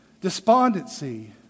despondency